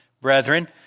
Brethren